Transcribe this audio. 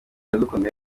iradukunda